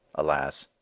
alas,